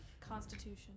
Constitution